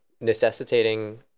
necessitating